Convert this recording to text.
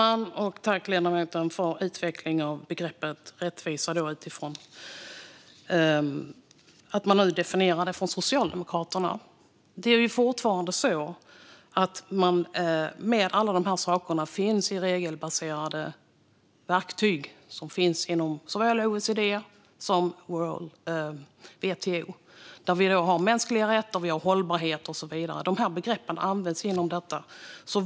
Fru talman! Tack, ledamoten, för utvecklingen av begreppet rättvisa utifrån hur man definierar det hos Socialdemokraterna! Fortfarande är det så att alla dessa saker finns i de regelbaserade verktyg som finns inom såväl OECD som WTO. Vi har mänskliga rättigheter, hållbarhet och så vidare. De här begreppen används inom detta.